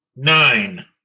Nine